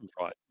Right